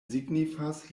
signifas